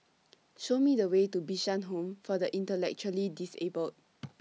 Show Me The Way to Bishan Home For The Intellectually Disabled